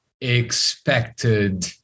expected